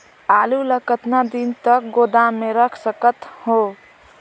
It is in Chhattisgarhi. आलू ल कतका दिन तक गोदाम मे रख सकथ हों?